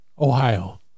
Ohio